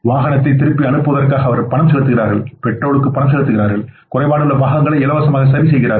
வாகனத்தை திருப்பி அனுப்புவதற்காக அவர்கள் பணம் செலுத்துகிறார்கள் பெட்ரோலுக்கு பணம் செலுத்துகிறார்கள் குறைபாடுள்ள பாகங்களை இலவசமாக சரிசெய்கிறார்கள்